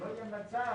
שלא יהיה מצב,